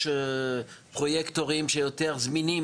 יש פרויקטורים שיותר זמינים